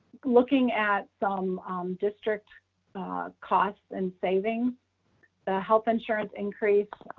looking at some district costs and saving the health insurance increase.